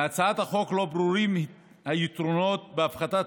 מהצעת החוק לא ברורים היתרונות בהפחתת